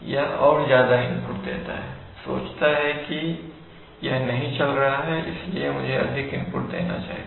यह और ज्यादा इनपुट देता हैसोचता है कि यह नहीं चल रहा है इसलिए मुझे अधिक इनपुट देना चाहिए